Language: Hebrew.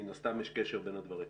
מן הסתם יש קשר בין הדברים.